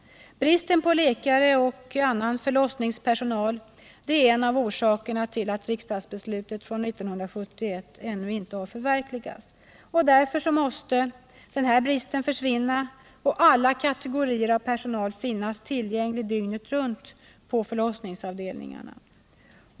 Bristen på läkare och annan förlossningspersonal är en av orsakerna till att riksdagsbeslutet från 1971 ännu inte har förverkligats. Därför måste denna brist försvinna och alla kategorier av personal finnas tillgänglig dygnet runt på förlossningsavdelningarna.